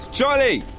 Charlie